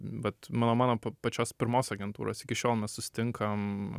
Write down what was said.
vat mano mano pačios pirmos agentūros iki šiol mes susitinkam